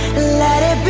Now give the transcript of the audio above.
let it